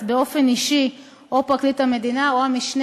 אזי באופן אישי או פרקליט המדינה או המשנה